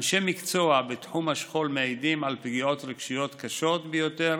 אנשי מקצוע בתחום השכול מעידים על פגיעות רגשיות קשות ביותר